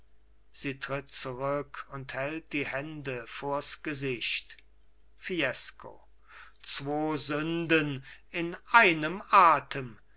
sie tritt zurück und hält die hände vors gesicht fiesco zwo sünden in einem atem